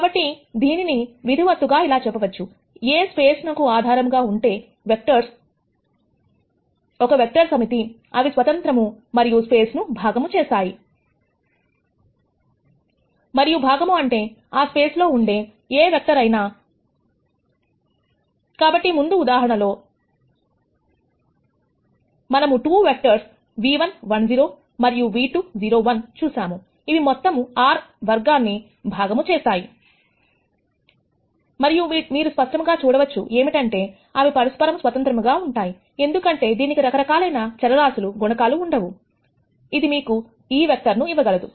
కాబట్టి దీనిని విధివత్తుగా ఇలా చెప్పవచ్చు ఏ స్పేస్ నకు ఆధారంగా ఉండే వెక్టర్స్ ఏ అయినా ఒక వెక్టర్స్ సమితి అవి స్వతంత్రము మరియు స్పేస్ ను భాగము చేస్తాయి మరియు భాగము అంటే ఆ స్పేస్ లో ఉండే ఏ వెక్టర్ అయినాకాబట్టి ముందు ఉదాహరణలో మనము 2 వెక్టర్స్ v1 1 0 మరియు v2 0 1 చూసాము అవి మొత్తము R వర్గాన్ని భాగము చేస్తాయి మరియు మీరు స్పష్టంగా చూడవచ్చు ఏమిటంటే అవి పరస్పరము స్వతంత్రంగా ఉంటాయి ఎందుకంటే దీనికి రకరకాలైన చరరాశి గుణకాలు ఉండవు ఇది మీకు ఈ వెక్టర్ ను ఇవ్వగలదు